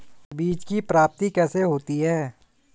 बीज की प्राप्ति कैसे होती है?